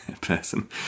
person